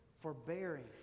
forbearing